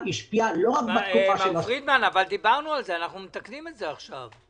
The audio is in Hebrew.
אבל דיברנו על זה - אנחנו מתקנים את זה עכשיו.